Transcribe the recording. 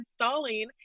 installing